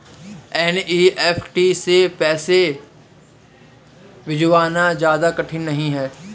NEFT से पैसे भिजवाना ज्यादा कठिन नहीं है